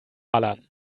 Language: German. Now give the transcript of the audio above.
ballern